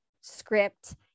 script